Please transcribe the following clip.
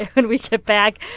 when we come back,